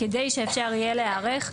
כדי שאפשר יהיה להיערך.